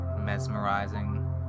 mesmerizing